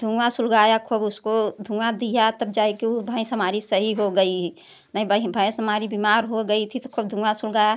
धुआँ सुलगाया खूब उसको धुआँ दिया तब जा कर ऊ भैंस हमारी सही हो गई नहीं भैंस हमारी बीमार हो गई थी तो खूब धुआँ सुलगाया